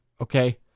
okay